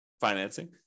financing